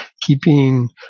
keeping